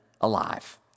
alive